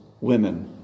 women